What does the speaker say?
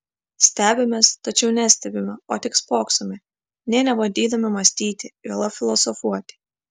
stebimės tačiau nestebime o tik spoksome nė nebandydami mąstyti juolab filosofuoti